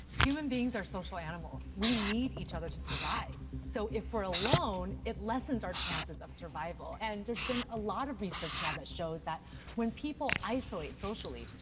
human beings are social animals. we need each other to survive. so if we're alone, it lessens our chances of survival. and there's been a lot of research now that shows that when people isolate socially,